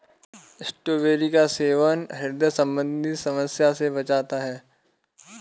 strawberry का सेवन ह्रदय संबंधी समस्या से बचाता है